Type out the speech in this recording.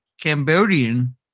Cambodian